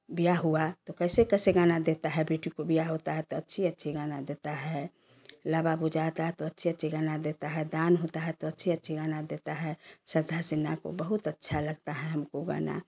ब्याह हुआ तो कैसे कैसे गाना देता है बेटी को ब्याह होता है तो अच्छी अच्छी गाना देता है ल बाबु जा जा तो अच्छी अच्छी गाना देता है दान होता है तो अच्छी अच्छी गाना देता है सरधा सिन्हा को बहुत अच्छा लगता है हमको गाना